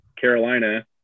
Carolina